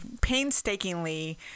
painstakingly